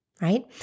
Right